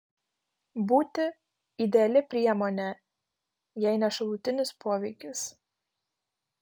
būtį ideali priemonė jei ne šalutinis poveikis